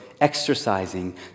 exercising